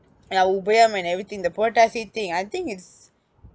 and I'll and everything the poor thing I think it's